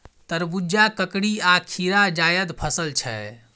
तरबुजा, ककरी आ खीरा जाएद फसल छै